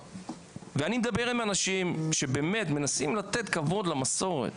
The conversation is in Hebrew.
ואני מדבר עם אנשים שבאמת מנסים לתת כבוד למסורת,